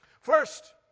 First